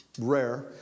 rare